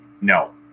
No